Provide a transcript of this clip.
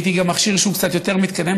ראיתי גם מכשיר שהוא קצת יותר מתקדם,